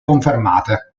confermate